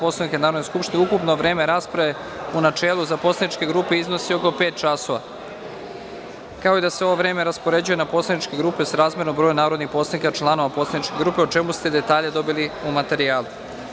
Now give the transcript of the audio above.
Poslovnika Narodne skupštine, ukupno vreme rasprave u načelu za poslaničke grupe iznosi pet časova, kao i da se ovo vreme raspoređuje na poslaničke grupe srazmerno broju narodnih poslanika članova poslaničke grupe, o čemu ste detalje dobili u materijalu.